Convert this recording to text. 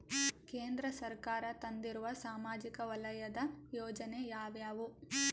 ಕೇಂದ್ರ ಸರ್ಕಾರ ತಂದಿರುವ ಸಾಮಾಜಿಕ ವಲಯದ ಯೋಜನೆ ಯಾವ್ಯಾವು?